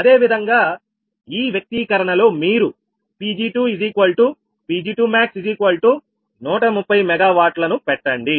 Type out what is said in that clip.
అదేవిధంగా ఈ వ్యక్తీకరణలో మీరు 𝑃𝑔2𝑃𝑔2𝑚ax130 𝑀W పెట్టండి